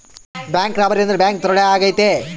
bank robbery ಅಂದ್ರೆ bank ದರೋಡೆ ಆಗೈತೆ